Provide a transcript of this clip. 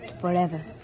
forever